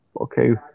Okay